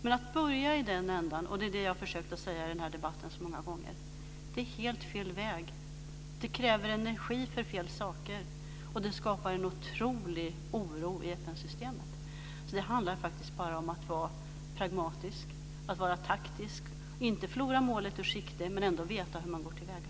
Jag har många gånger i den här debatten försökt säga att det är helt fel väg att börja i den andra änden. Det kräver energi för fel saker, och det skapar en oerhörd oro i FN-systemet. Det handlar faktiskt bara om att vara pragmatisk och taktisk, att inte förlora målet ur sikte men ändå veta hur man ska gå till väga.